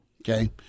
Okay